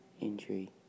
injury